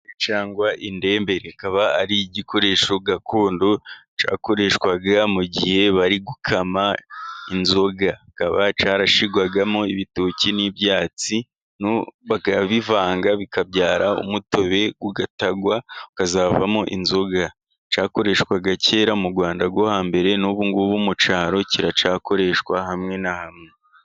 Indembere akaba ari igikoresho gakondo cyakoreshwaga mu gihe bari gukama inzoga, kikaba cyarashyirwagamo ibitoki n'ibyatsi bakabivanga, bikabyara umutobe ugatarwa, ukazavamo inzoga. Cyakoreshwaga kera mu Rwanda rwo hambere, n'ubu ngubu mu cyaro kiracyakoreshwa hamwe na hamwe.